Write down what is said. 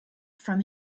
from